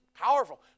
powerful